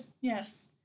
Yes